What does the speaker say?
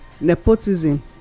Nepotism